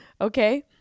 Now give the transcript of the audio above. okay